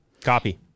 Copy